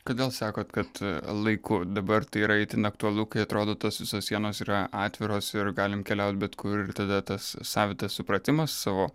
kodėl sakot kad laiku dabar tai yra itin aktualu kai atrodo tas visos sienos yra atviros ir galim keliaut bet kur ir tada tas savitas supratimas savo